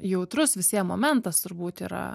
jautrus visiem momentas turbūt yra